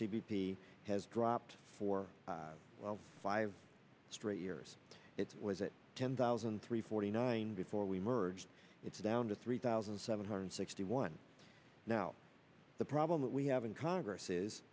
p has dropped four well five straight years it was it ten thousand and three forty nine before we merged it's down to three thousand seven hundred sixty one now the problem that we have in congress is